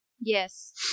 Yes